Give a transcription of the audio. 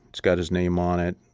it's got his name on it.